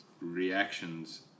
reactions